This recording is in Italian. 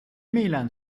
milan